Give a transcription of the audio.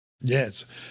Yes